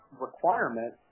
requirement